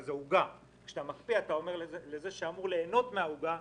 אתה אומר לזה שאמור ליהנות מהעוגה: